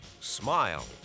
Smile